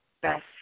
best